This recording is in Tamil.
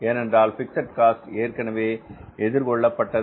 ஏனென்றால் பிக்ஸட் காஸ்ட் ஏற்கனவே எதிர் கொள்ளப்பட்டது